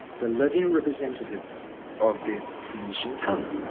the living representative of the phoenician tongue.